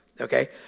Okay